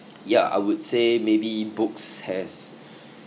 yeah I would say maybe books has